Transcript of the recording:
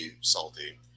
salty